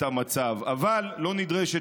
ההצעה להעביר את הנושא לוועדה לא נתקבלה.